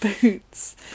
boots